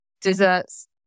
desserts